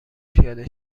پیاده